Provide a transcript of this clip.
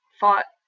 fought